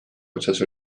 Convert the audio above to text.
otsas